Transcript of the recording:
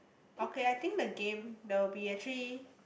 okay I think the game there will be actually